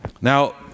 Now